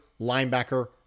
linebacker